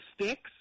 sticks